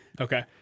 okay